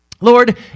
Lord